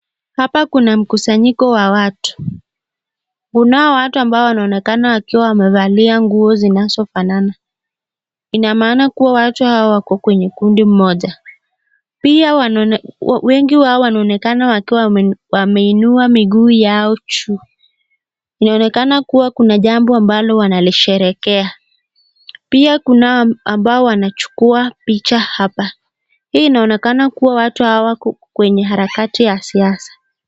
Hapa kuna mkusanyiko wa watu. Kunao watu ambao wanaonekana wakiwa wamevalia nguo zinazofanana; ina maana kuwa watu hawa wako kwenye kundi moja. Wengi wao wanaonekana wameinua miguu yao juu. Inaonekana kuwa kuna jambo ambalo wanalisherehekea. Pia kunao ambao wanachukua picha hapa. Hii inaonekana kuwa watu hawa wako kwenye harakati ya siasa.